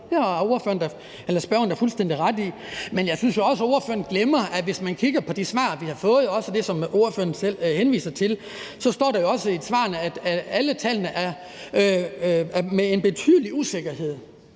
at køre videre. Det har spørgeren da fuldstændig ret i. Men jeg synes jo også, spørgeren glemmer, at hvis man kigger på de svar, vi har fået, og også det, som spørgeren selv henviser til, så fremgår det, at alle tallene er med en betydelig usikkerhed,